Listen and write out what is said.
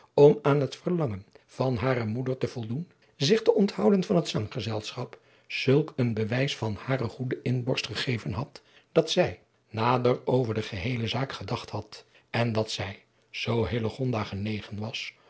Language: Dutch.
om aan het verlangen van hare moeder te voldoen zich te onthouden van het zanggezelschap zulk een bewijs van hare goede inborst gegeven had dat zij nader over de geheele zaak gedacht had en dat zij zoo hillegonda genegen was